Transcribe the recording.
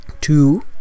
two